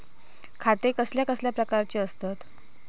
खाते कसल्या कसल्या प्रकारची असतत?